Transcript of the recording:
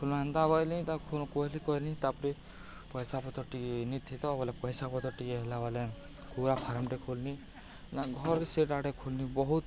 ଫୁଲ ହେନ୍ତା ବୋଇଲିି ତା କହଲିି କହଲିି ତା'ପରେ ପଇସା ପତ ଟିକେଏ ନିଥ ତ ବୋଇଲେ ପଇସା ପତ ଟିକେ ହେଲା ବୋଇଲେ କକୁୁରା ଫାର୍ମଟେ ଖୋଲନି ନା ଘରେ ସେଇଟାଟେ ଖୋଲନି ବହୁତ